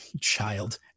Child